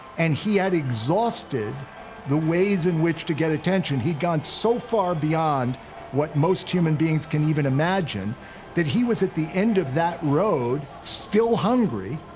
and he had exhausted the ways in which to get attention. he'd gone so far beyond what most human beings can even imagine that he was, at the end of that road, still hungry.